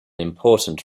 important